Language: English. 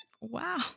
wow